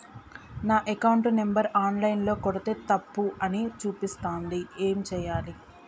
నా account number online ల కొడ్తే తప్పు అని చూపిస్తాంది ఏం చేయాలి?